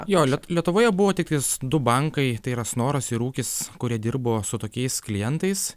jo lietuvoje buvo tiktais du bankai tai yra snoras ir ūkis kurie dirbo su tokiais klientais